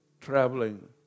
traveling